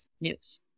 news